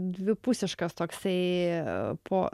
dvipusiškas toksai po